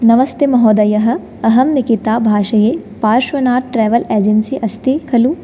नमस्ते महोदय अहं निकिता भाषे पार्श्वनाथ ट्रेवल् एजन्सि अस्ति खलु